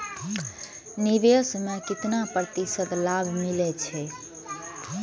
निवेश में केतना प्रतिशत लाभ मिले छै?